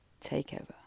takeover